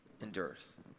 endures